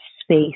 space